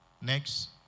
Next